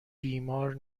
بیمار